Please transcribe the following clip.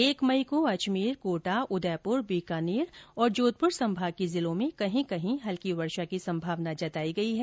एक मई को अजमेर कोटा उदयपुर बीकानेर तथा जोधपुर संभाग के जिलों में कहीं कहीं हल्की वर्षा की संभावना जताई गई है